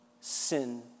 Sin